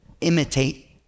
imitate